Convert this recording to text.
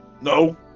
No